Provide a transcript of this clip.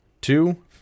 Two